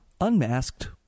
unmasked